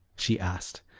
she asked.